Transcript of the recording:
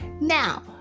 Now